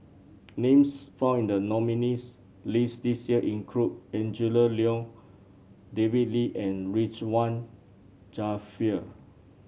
names found in the nominees' list this year include Angela Liong David Lee and Ridzwan Dzafir